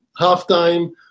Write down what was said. halftime